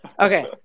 Okay